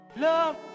Love